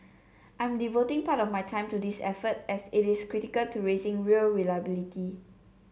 I'm devoting part of my time to this effort as it is critical to raising rail reliability